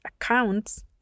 accounts